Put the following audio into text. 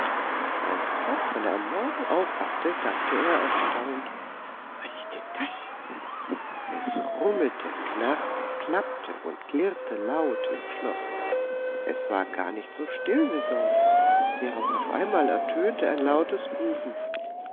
als kasperle am morgen aufwachte dachte er erstaunt was ist denn das es rummelte knarrte klappte und klirrte laut im schloß es war gar nicht so still wie sonst ja und auf einmal ertönte ein lautes rufen